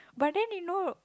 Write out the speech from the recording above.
but then you know